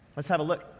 let's have a look.